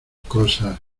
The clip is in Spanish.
cosas